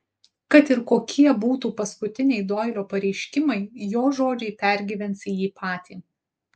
kad ir kokie būtų paskutiniai doilio pareiškimai jo žodžiai pergyvens jį patį